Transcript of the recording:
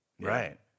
Right